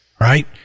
Right